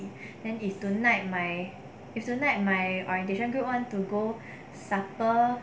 then if tonight my if tonight my orientation group want to go supper